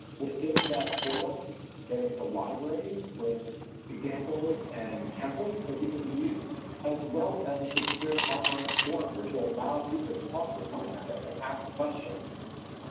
within that portal there is a library with examples and templates for people to use as well as a secure online forum which will allow people to talk with one another and ask questions.